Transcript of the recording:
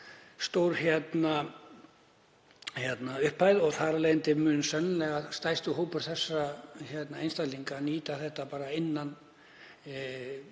stór upphæð og þar af leiðandi mun sennilega stærsti hópur þessara einstaklinga nýta þetta bara innan